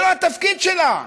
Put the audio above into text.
זה לא התפקיד שלה.